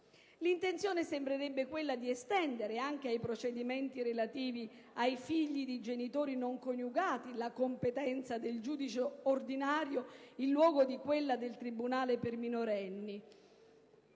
L'intenzione sembrerebbe quella di estendere anche ai procedimenti relativi ai figli di genitori non coniugati la competenza del giudice ordinario in luogo di quella del tribunale per i minorenni: